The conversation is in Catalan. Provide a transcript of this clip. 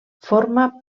forma